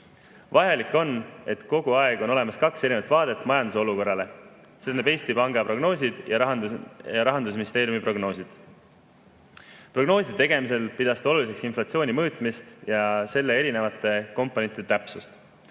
Vajalik on, et kogu aeg on olemas kaks erinevat vaadet majanduse olukorrale, tähendab, Eesti Panga prognoosid ja Rahandusministeeriumi prognoosid. Prognooside tegemisel pidas ta oluliseks inflatsiooni mõõtmist ja selle erinevate komponentide täpsust.